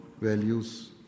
values